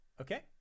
Okay